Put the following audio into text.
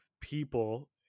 people